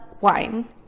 wine